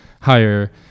higher